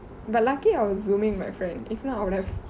but lucky I was zooming my friend if not I would have